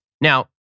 Now